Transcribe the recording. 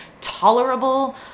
tolerable